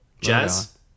Jazz